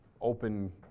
open